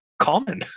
common